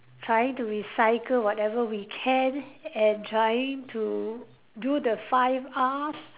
trying to recycle whatever we can and trying to do the five Rs